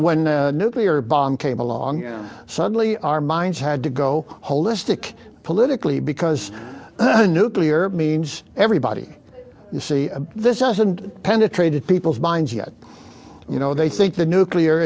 when nuclear bomb came along and suddenly our minds had to go holistic politically because nuclear means everybody can see this doesn't penetrated people's minds yet you know they think the nuclear